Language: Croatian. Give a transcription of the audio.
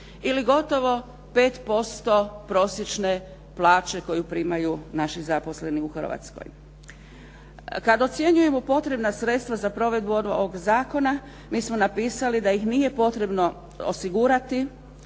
ili gotovo 5% prosječne plaće koje primaju naši zaposleni u Hrvatskoj. Kada ocjenjujemo potrebna sredstva za provedbu ovog zakona, mi smo napisali da ih nije potrebno osigurati